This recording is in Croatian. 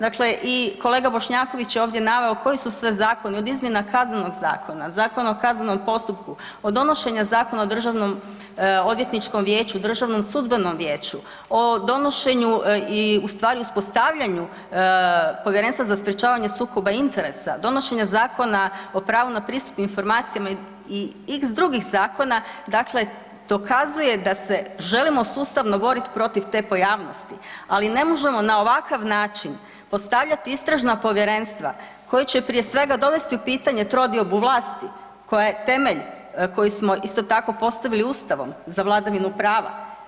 Dakle i kolega Bošnjaković je ovdje naveo koji su sve zakoni od izmjena Kaznenog zakona, Zakon o kaznenom postupku, od donošenju Zakona o državnom odvjetničkom vijeću, državnom sudbenom vijeću, o donošenju i u stvari uspostavljanju Povjerenstva za sprječavanje sukoba interesa, donošenja Zakona o pravu na pristup informacijama i x drugih zakona, dakle dokazuje da se želimo sustavno boriti protiv te pojavnosti, ali ne možemo na ovakav način postavljati istražna povjerenstva koja će prije svega dovesti u pitanje trodiobu vlasti koja je temelj koji smo isto tako postavili Ustavom za vladavinu prava.